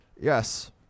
Yes